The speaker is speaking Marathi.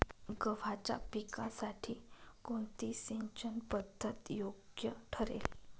गव्हाच्या पिकासाठी कोणती सिंचन पद्धत योग्य ठरेल?